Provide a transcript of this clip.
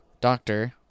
Doctor